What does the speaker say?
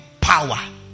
power